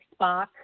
Spock